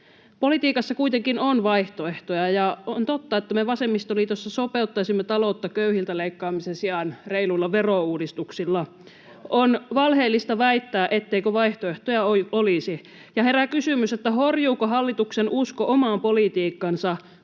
Politiikassa kuitenkin on vaihtoehtoja, ja on totta, että me vasemmistoliitossa sopeuttaisimme taloutta köyhiltä leikkaamisen sijaan reiluilla verouudistuksilla. On valheellista väittää, etteikö vaihtoehtoja olisi, ja herää kysymys, horjuuko hallituksen usko omaan politiikkaansa, kun